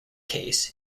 case